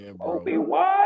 Obi-Wan